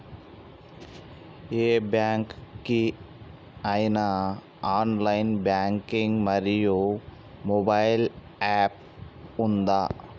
ఏ bank కి ఐనా online banking మరియు మొబైల్ యాప్ ఉందా?